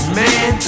man